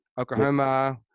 Oklahoma